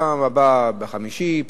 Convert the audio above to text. בפעם הבאה בחמישי,